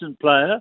player